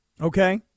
Okay